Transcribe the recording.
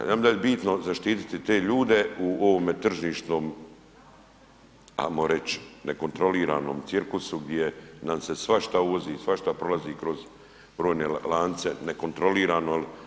Ja mislim da je bitno zaštiti te ljude u ovom tržišnom ajmo reći nekontroliranom cirkusu gdje nam se svašta uvozi, svašta prolazi kroz brojne lance nekontrolirano.